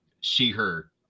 she/her